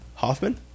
Hoffman